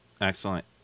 excellent